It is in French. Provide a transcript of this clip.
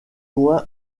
loin